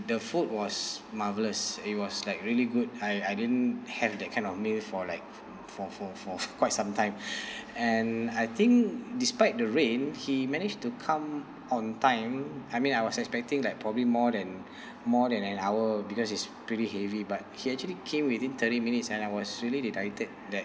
the food was marvelous it was like really good I I didn't have that kind of meal for like for for for quite sometime and I think despite the rain he managed to come on time I mean I was expecting like probably more than more than an hour because it's pretty heavy but he actually came within thirty minutes and I was really delighted that